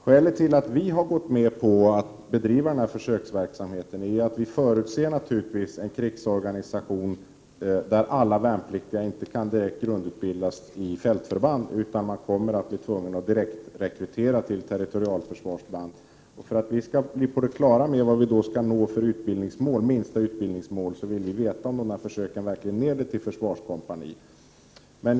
Skälet till att vi har gått med på att denna försöksverksamhet skall bedrivas är naturligtvis att vi förutser en krigsorganisation där inte alla värnpliktiga kan grundutbildas direkt i fältförband utan där man kommer att bli tvungen att direktrekrytera till territorialförsvarsförband. För att vi skall bli på det klara med vilka minsta utbildningsmål som då skall uppnås vill vi veta om dessa försök verkligen leder till att ambitionsnivån försvarskompani tillgodoses.